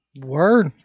Word